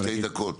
שתי דקות.